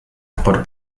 por